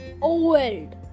old